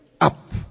up